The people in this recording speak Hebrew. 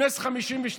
חבר הכנסת דוד אמסלם,